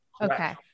Okay